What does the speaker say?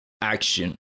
action